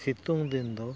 ᱥᱤᱛᱩᱝ ᱫᱤᱱ ᱫᱚ